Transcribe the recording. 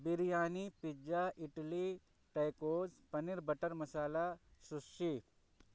biryani pizza idli tacos paneer butter masala sushi